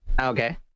Okay